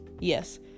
Yes